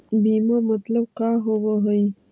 बीमा मतलब का होव हइ?